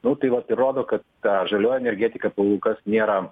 nu tai vat įrodo kad ta žalioji energetika pakolkas nėra